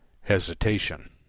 Hesitation